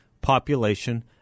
population